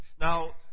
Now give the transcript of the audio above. Now